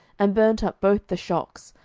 and burnt up both the shocks,